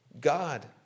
God